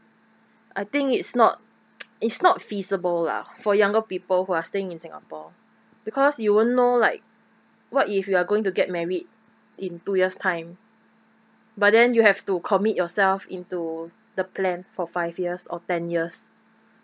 I think it's not it's not feasible lah for younger people who are staying in singapore because you won't know like what if you are going to get married in two years time but then you have to commit yourself into the plan for five years or ten years